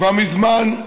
כבר מזמן,